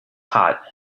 hot